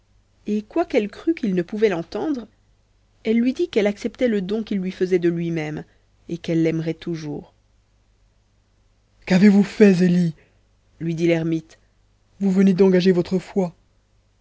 et quoiqu'elle crût qu'il ne pouvait l'entendre elle lui dit qu'elle acceptait le don qu'il lui faisait de lui-même et qu'elle l'aimerait toujours qu'avez-vous fait zélie lui dit l'ermite vous venez d'engager votre foi